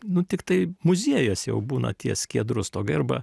nu tiktai muziejuos jau būna tie skiedrų stogai arba